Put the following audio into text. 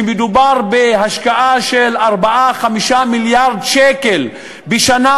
שמדובר בהשקעה של 5-4 מיליארד שקל בשנה